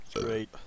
Great